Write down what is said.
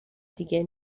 دیگه